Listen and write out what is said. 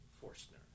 Forstner